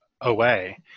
away